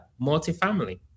multifamily